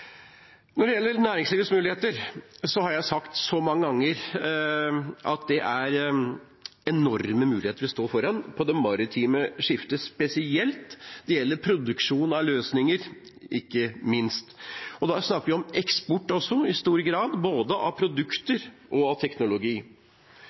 Når det gjelder næringslivet, har jeg sagt mange ganger at vi står foran enorme muligheter i forbindelse med det maritime skiftet, ikke minst når det gjelder produksjon av løsninger. Da snakker vi i stor grad om eksport av både produkter